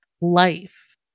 life